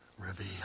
Reveal